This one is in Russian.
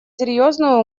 серьезную